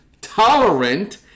tolerant